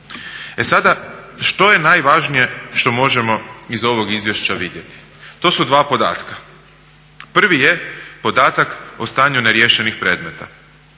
E sada, što je najvažnije što možemo iz ovog izvješća vidjeti? To su dva podatka. Prvi je podatak o stanju neriješenih predmeta.